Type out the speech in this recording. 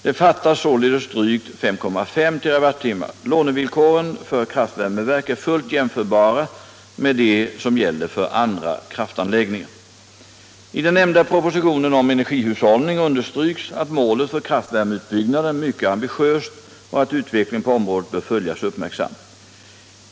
Det fattas således drygt 5,5 TWh. Lånevillkoren för kraftvärmeverk är fullt jämförbara med dem som gäller för andra kraftanläggningar. I den nämnda propositionen om energihushållning understryks att målet för kraftvärmeutbyggnaden är mycket ambitiöst och att utvecklingen på området bör följas uppmärksamt.